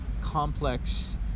complex